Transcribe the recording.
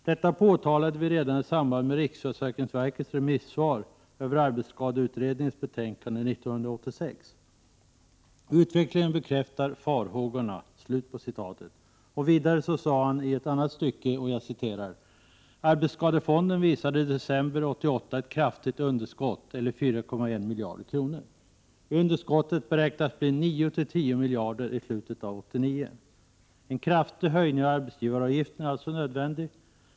Detta påtalade vi redan i samband med riksförsäkringsverkets remissvar över arbetsskadeutredningens betänkande 1986. Utvecklingen har bekräftat farhågorna.” ”Arbetsskadefonden visade i december 1988 ett kraftigt underskott, eller 4,1 miljarder kronor. Underskottet beräknas bli 9—10 miljarder i slutet av 1989. En kraftig höjning av arbetsgivaravgiften är alltså nödvändig.